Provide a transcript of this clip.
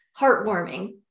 heartwarming